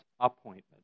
appointment